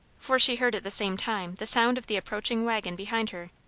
for she heard at the same time the sound of the approaching waggon behind her.